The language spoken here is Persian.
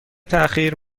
تاخیر